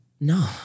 No